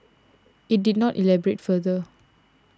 it did not elaborate further